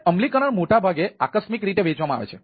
હવે અમલીકરણ મોટાભાગે આકસ્મિક રીતે વહેંચવામાં આવે છે